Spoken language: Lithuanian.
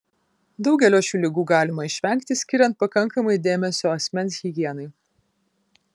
daugelio šių ligų galima išvengti skiriant pakankamai dėmesio asmens higienai